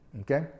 Okay